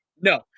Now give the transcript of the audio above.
No